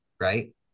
right